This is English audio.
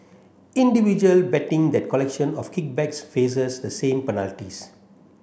individual betting the collection of kickbacks faces the same penalties